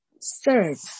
Serve